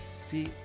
See